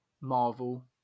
Marvel